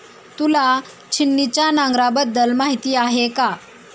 तुला छिन्नीच्या नांगराबद्दल माहिती आहे का?